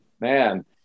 man